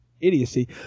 idiocy